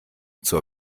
zur